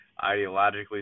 ideologically